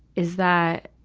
is that